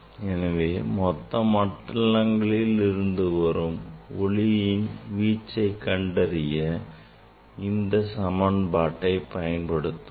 எனவே மொத்த மண்டலங்களின் இருந்து வரும் ஒளியின் வீச்சை கண்டறிய இந்தச் சமன்பாட்டை பயன்படுத்துவோம்